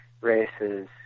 races